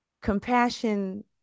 compassion